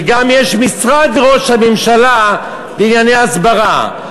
וגם יש משרד ראש הממשלה לענייני הסברה?